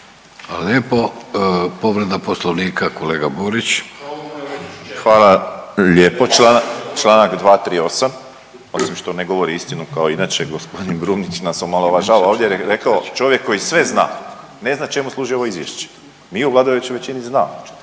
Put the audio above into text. kolega Borić. **Borić, Josip (HDZ)** Hvala lijepo. Članak 238., osim što ne govori istinu kao inače gospodin Brumnić nas i omalovažava ovdje jer je rekao čovjek koji sve zna ne zna čemu služi ovo izvješće. Mi u vladajućoj većini znamo i